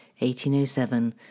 1807